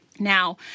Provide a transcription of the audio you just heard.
Now